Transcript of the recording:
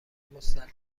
مستلزم